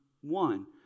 one